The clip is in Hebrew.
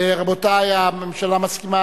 רבותי, הממשלה מסכימה.